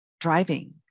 driving